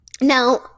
now